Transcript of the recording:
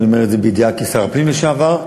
אני אומר את זה בידיעה כשר הפנים לשעבר.